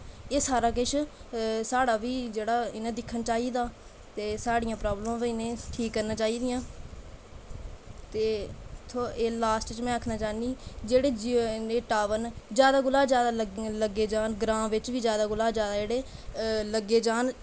एह् सारा किश इ'नें भी साढ़ा दिक्खना चाहिदा ते साढ़ियां प्रॉब्लमां बी इनें ठीक करना चाही दियां ते एह् लॉस्ट च में आक्खना चाह्नीं एह् जेह्ड़े जियो दे टॉवर न एह् जादै कोला जादै लग्गे जान जादै लग्गे जान